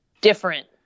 different